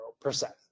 percent